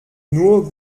nur